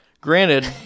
Granted